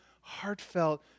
heartfelt